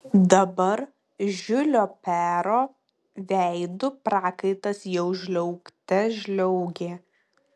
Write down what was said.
dabar žiulio pero veidu prakaitas jau žliaugte žliaugė